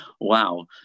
wow